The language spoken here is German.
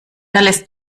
lässt